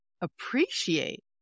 appreciate